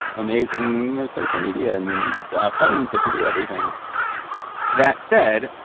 amazing social media and phones that can do everything that said,